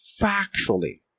factually